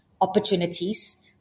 opportunities